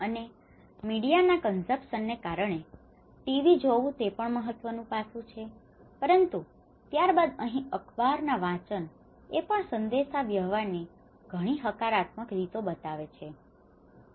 અને મીડિયા ના કંઝપ્સન ને કારણે ટીવી જોવું તે પણ મહત્વનું પાસું છે પરંતુ ત્યરબાદ અહીં અખબાર ના વાંચન એ પણ સંદેશાવ્યવહાર ની ઘણી હકારાત્મક રીતો બતાવી છે